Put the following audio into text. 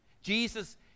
Jesus